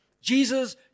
Jesus